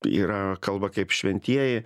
yra kalba kaip šventieji